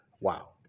Wow